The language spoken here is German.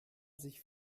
sich